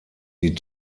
die